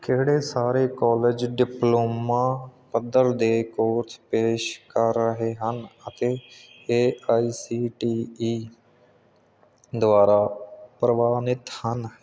ਕਿਹੜੇ ਸਾਰੇ college diploma ਪੱਧਰ ਦੇ ਕੋਰਸ ਪੇਸ਼ ਕਰ ਰਹੇ ਹਨ ਅਤੇ A I C T E ਦੁਆਰਾ ਪ੍ਰਵਾਨਿਤ ਹਨ